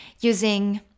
using